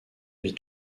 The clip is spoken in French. vie